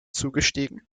zugestiegen